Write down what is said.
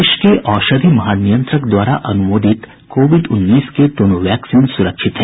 देश के औषधि महानियंत्रक द्वारा अनुमोदित कोविड उन्नीस के दोनों वैक्सीन सुरक्षित हैं